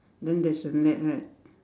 then there's a net right